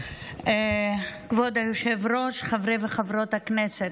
כבוד היושב-ראש, חברי וחברות הכנסת,